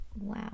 wow